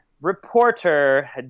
reporter